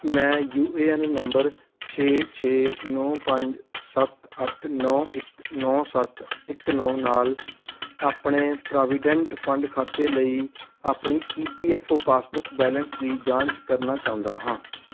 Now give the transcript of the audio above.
ਮੈਂ U A N number ਛੇ ਛੇ ਨੌ ਪੰਜ ਸੱਤ ਅੱਠ ਨੌ ਇੱਕ ਨੌ ਸੱਤ ਇੱਕ ਨੌ ਨਾਲ ਆਪਣੇ ਪ੍ਰੋਵੀਡੈਂਟ ਫੰਡ ਖਾਤੇ ਲਈ ਆਪਣੀ E P F O O passbook balance ਦੀ ਜਾਂਚ ਕਰਨਾ ਚਾਹੁੰਦਾ ਹਾਂ